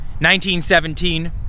1917